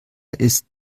ist